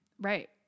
Right